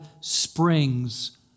springs